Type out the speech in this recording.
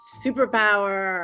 superpower